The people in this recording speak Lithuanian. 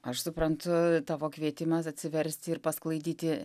aš suprantu tavo kvietimas atsiversti ir pasklaidyti